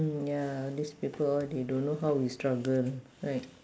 mm ya these people hor they don't know how we struggle right